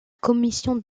commission